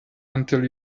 until